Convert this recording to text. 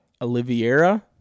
oliviera